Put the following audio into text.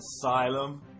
Asylum